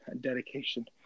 dedication